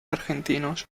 argentinos